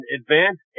advanced